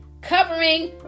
covering